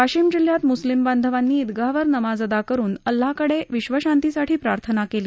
वाशिम जिल्ह्यात म्स्लिम बांधवांनी ईदगाहवर नमाज अदा करून अल्लाहकडे विश्वशांतीसाठी प्रार्थना केली